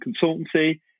consultancy